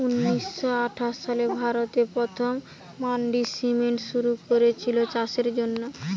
ঊনিশ শ আঠাশ সালে ভারতে প্রথম মান্ডি সিস্টেম শুরু কোরেছিল চাষের জন্যে